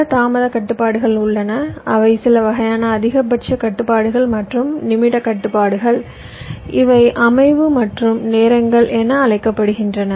பல தாமதக் கட்டுப்பாடுகள் உள்ளன அவை சில வகையான அதிகபட்ச கட்டுப்பாடுகள் மற்றும் நிமிட கட்டுப்பாடுகள் இவை அமைவு மற்றும் நேரங்கள் என அழைக்கப்படுகின்றன